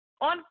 on